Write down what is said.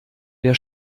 wer